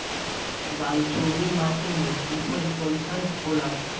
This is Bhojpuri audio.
बालसुमी माटी मे उपज कईसन होला?